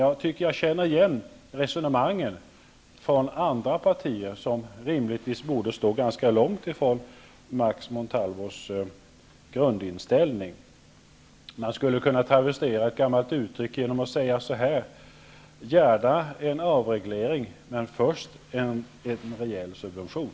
Jag tycker mig känna igen resonemangen från andra partier som rimligtvis borde stå ganska långt ifrån Max Montalvos grundinställning. Man skulle kunna travastera ett gammalt uttryck och säga följande: Gärna en avreglering, men först en rejäl subvention.